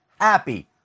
happy